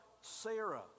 Sarah